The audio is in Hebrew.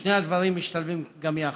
ושני הדברים משתלבים גם יחד.